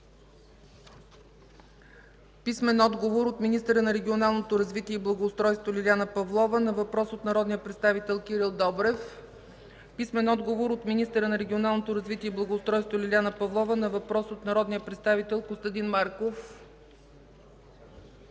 Ибрямов; - министъра на регионалното развитие и благоустройството Лиляна Павлова на въпрос от народния представител Кирил Добрев; - министъра на регионалното развитие и благоустройството Лиляна Павлова на въпрос от народния представител Костадин Марков;